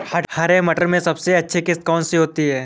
हरे मटर में सबसे अच्छी किश्त कौन सी होती है?